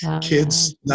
Kids